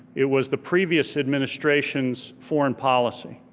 it was the previous administration's foreign policy.